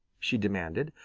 she demanded.